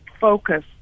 focus